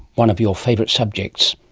one of your favourite subjects.